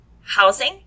housing